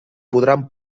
podran